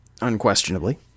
Unquestionably